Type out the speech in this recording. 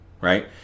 Right